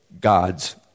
God's